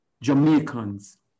Jamaicans